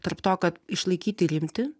tarp to kad išlaikyti rimtį